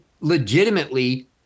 legitimately